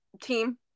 team